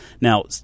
Now